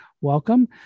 welcome